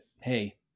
hey